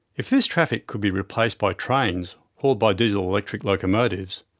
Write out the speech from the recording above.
if this traffic could be replaced by trains hauled by diesel-electric locomotives,